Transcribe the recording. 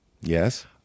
Yes